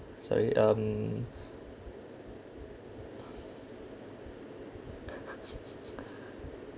sorry um